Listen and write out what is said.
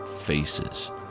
faces